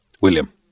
William